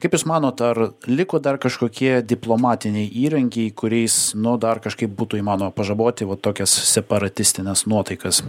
kaip jūs manot ar liko dar kažkokie diplomatiniai įrankiai kuriais nu dar kažkaip būtų įmanoma pažaboti va tokias separatistines nuotaikas